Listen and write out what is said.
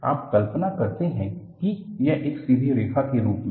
आप कल्पना करते हैं कि यह एक सीधी रेखा के रूप में है